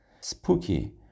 Spooky